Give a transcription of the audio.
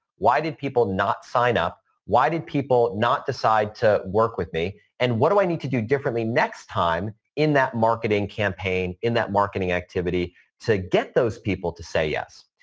why did people not sign up? why did people not decide to work with me? and what do i need to do differently next time in that marketing campaign, in that marketing activity to get those people to say yes?